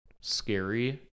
scary